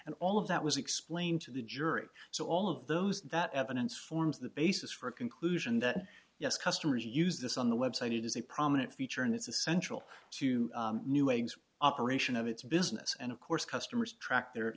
and all of that was explained to the jury so all of those that evidence forms the basis for a conclusion that yes customers use this on the website it is a prominent feature and it's essential to new waves operation of its business and of course customers trac